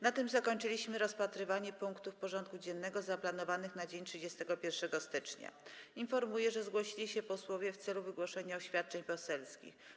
Na tym zakończyliśmy rozpatrywanie punktów porządku dziennego zaplanowanych na dzień 31 stycznia br. Informuję, że zgłosili się posłowie w celu wygłoszenia oświadczeń poselskich.